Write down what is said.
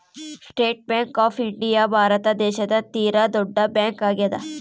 state Bank of India Bharat ದೇಶದ ತೀರ ದೊಡ್ಡ ಬ್ಯಾಂಕ್ ಆಗ್ಯಾದ